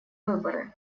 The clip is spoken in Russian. выборы